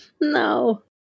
No